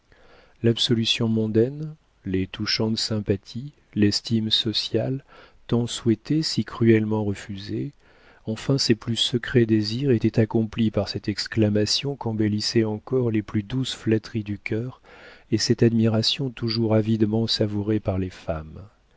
l'absolution mondaine les touchantes sympathies l'estime sociale tant souhaitées si cruellement refusées enfin ses plus secrets désirs étaient accomplis par cette exclamation qu'embellissaient encore les plus douces flatteries du cœur et cette admiration toujours avidement savourée par les femmes